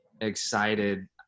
excited